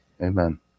Amen